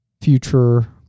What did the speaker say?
future